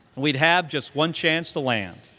we'd have just one chance to land.